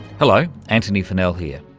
hello, antony funnell here.